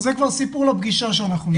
אבל זה כבר סיפור לפגישה שאנחנו נעשה.